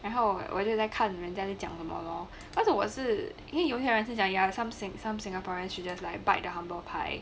然后我就在看人家在讲什么 lor cause 我是因为有些人是讲 ya some some singaporeans should just like bite the humble pie